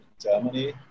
Germany